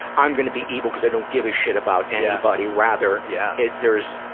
i'm gonna be evil because i don't give a shit about anybody. rather, yeah it, there's,